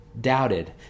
doubted